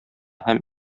һәм